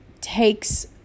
takes